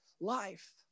life